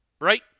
Right